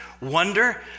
wonder